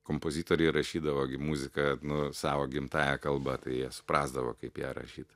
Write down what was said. kompozitoriai rašydavo muziką nu savo gimtąja kalba tai jie suprasdavo kaip ją rašyt